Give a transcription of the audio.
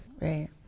Right